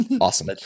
Awesome